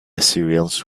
assyrians